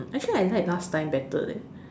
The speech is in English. actually I like last time better leh